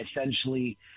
essentially